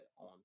on